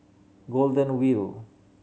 Golden Wheel